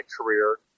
career